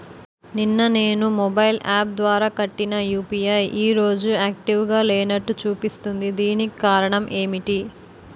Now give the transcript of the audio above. నిన్న నేను mobile app ద్వారా కట్టిన యు.పి.ఐ ఈ రోజు యాక్టివ్ గా లేనట్టు చూపిస్తుంది దీనికి కారణం ఏమిటి?